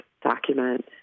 document